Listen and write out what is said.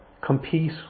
compete